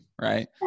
right